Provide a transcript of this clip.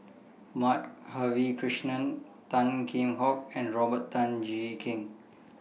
Madhavi Krishnan Tan Kheam Hock and Robert Tan Jee Keng